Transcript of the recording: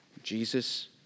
Jesus